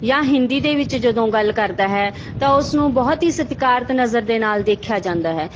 ਜਾਂ ਹਿੰਦੀ ਦੇ ਵਿੱਚ ਜਦੋਂ ਗੱਲ ਕਰਦਾ ਹੈ ਤਾਂ ਉਸ ਨੂੰ ਬਹੁਤ ਹੀ ਸਤਿਕਾਰਤ ਨਜ਼ਰ ਦੇ ਨਾਲ ਦੇਖਿਆ ਜਾਂਦਾ ਹੈ